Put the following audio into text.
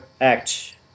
act